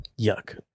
Yuck